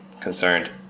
concerned